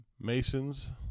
Masons